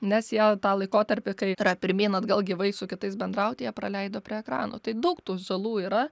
nes jie tą laikotarpį kai yra pirmyn atgal gyvai su kitais bendrauti jie praleido prie ekranų tai daug tų žalų yra